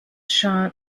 shot